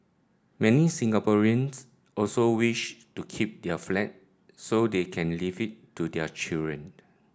many Singaporeans also wish to keep their flat so they can leave it to their children